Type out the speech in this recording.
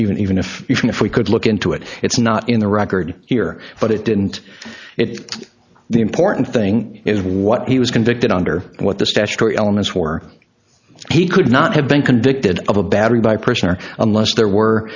even even if you can if we could look into it it's not in the record here but it didn't it the important thing is what he was convicted under what the statutory elements were he could not have been convicted of a battery by person or unless there were